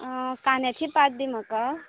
आं काद्याची पांच दी म्हाका